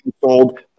sold